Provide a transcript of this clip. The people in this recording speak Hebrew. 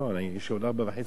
יש לי עוד ארבע וחצי דקות.